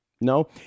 No